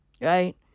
Right